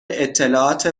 اطلاعات